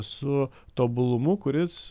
su tobulumu kuris